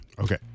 Okay